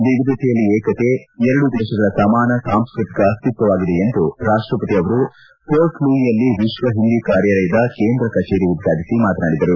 ವಿವಿಧತೆಯಲ್ಲಿ ಏಕತೆ ಎರಡು ದೇಶಗಳ ಸಮಾನ ಸಾಂಸಸ್ಸ್ತಿಕ ಅಸ್ತಿತ್ಸವಾಗಿದೆ ಎಂದರು ರಾಷ್ಟಪತಿ ಅವರು ಪೋರ್ಟ್ಲೂಯಿಯಲ್ಲಿ ವಿಶ್ಲ ಹಿಂದಿ ಕಾರ್ಯಾಲಯದ ಕೇಂದ್ರ ಕಚೇರಿ ಉದ್ಘಾಟಿಸಿ ಮಾತನಾಡುತ್ತಿದ್ದರು